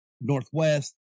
northwest